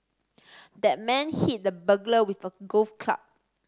the man hit the burglar with a golf club